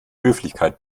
höflichkeit